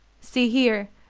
see here,